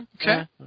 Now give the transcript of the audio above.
Okay